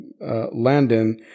Landon